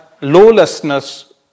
lawlessness